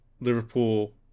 Liverpool